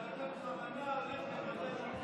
1%. אבל אתה בכוונה הולך למדד, מה זה?